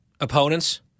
opponents